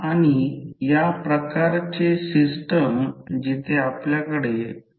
तर हे प्रत्यक्षात आपण त्याला V i1 म्हणतो या संपूर्ण गोष्टीला इनपुट इम्पेडन्स म्हणतो